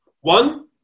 One